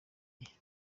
ufite